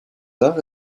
arts